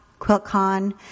QuiltCon